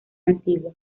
antigua